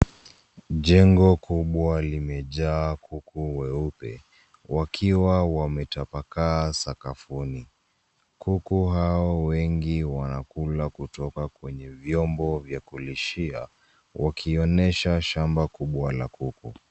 Jengo kubwa limejaa kuku weupe, wakiwa wametapakaa sakafuni. Kuku hao wengi wanakula kutoka kwenye vyombo vya kulishia, wakionyesha shamba kubwa la kuku.